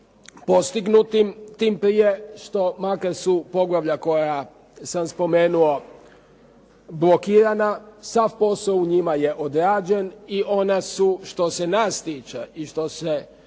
postignutim, tim prije što makar su poglavlja koja sam spomenuo blokirana, sav posao u njima je odrađen i ona su što se nas tiče i što se